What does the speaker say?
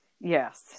Yes